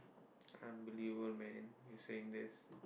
unbelievable man me saying this